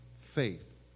faith